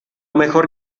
mejor